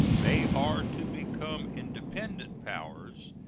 they are to become independent powers,